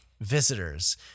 visitors